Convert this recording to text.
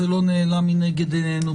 זה לא נעלם מנגד עינינו.